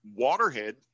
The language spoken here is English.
waterhead